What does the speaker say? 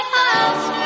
house